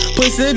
Pussy